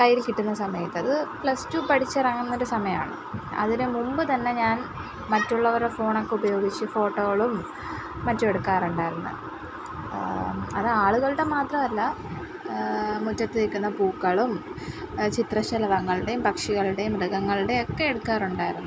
കയ്യിൽ കിട്ടുന്ന സമയത്ത് അത് പ്ലസ് റ്റു പടിച്ചിറങ്ങുന്നൊരു സമയാണ് അതിന് മുമ്പ് തന്നെ ഞാൻ മറ്റുള്ളവരുടെ ഫോണൊക്കെ ഉപയോഗിച്ച് ഫോട്ടോകളും മറ്റുമെടുക്കാറുണ്ടായിരുന്നു അത് ആളുകളുടെ മാത്രമല്ല മുറ്റത്ത് നില്ക്കുന്ന പൂക്കളും ചിത്രശലഭങ്ങളുടെയും പക്ഷികളുടെയും മൃഗങ്ങളുടെയുമൊക്കെ എടുക്കാറുണ്ടായിരുന്നു